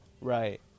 Right